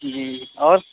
جی اور